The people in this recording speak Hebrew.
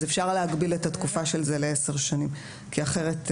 אז אפשר להגביל את התקופה של זה ל-10 שנים כי אחרת,